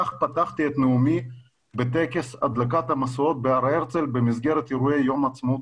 כך פתחתי את נאומי בטקס הדלקת המשואות בהר הרצל במסגרת אירועי יום העצמאות